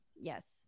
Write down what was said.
yes